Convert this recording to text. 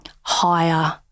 higher